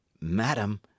Madam